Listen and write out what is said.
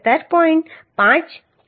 તેથી આ 700 mm હશે